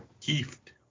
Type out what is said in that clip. Kieft